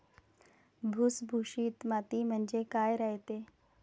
भुसभुशीत माती म्हणजे काय रायते?